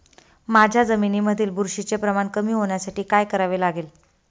माझ्या जमिनीमधील बुरशीचे प्रमाण कमी होण्यासाठी काय करावे लागेल?